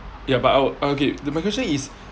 ya but I'll okay the question is